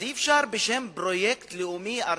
אז אי-אפשר בשם פרויקט לאומי ארצי,